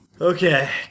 Okay